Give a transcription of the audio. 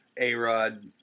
A-Rod